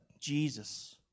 Jesus